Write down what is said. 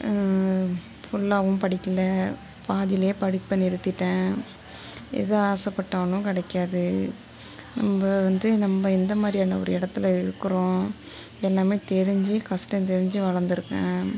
ஃபுல்லாவும் படிக்கலை பாதியிலையே படிப்பை நிறுத்திட்டேன் எது ஆசைப்பட்டாலும் கிடைக்காது ரொம்ப வந்து நம்ம எந்த மாதிரியான ஒரு இடத்துல இருக்குறோம் எல்லாமே தெரிஞ்சு கஷ்டம் தெரிஞ்சு வளந்திருக்கேன்